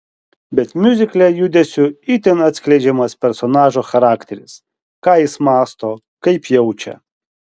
bet miuzikle judesiu itin atskleidžiamas personažo charakteris ką jis mąsto kaip jaučia